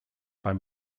beim